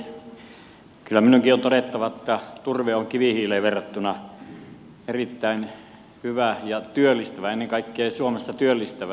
kyllä minunkin on todettava että turve on kivihiileen verrattuna erittäin hyvä ja työllistävä ennen kaikkea suomessa työllistävä